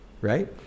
right